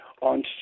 on